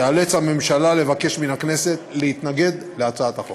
תיאלץ הממשלה לבקש מהכנסת להתנגד להצעת החוק.